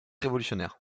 révolutionnaire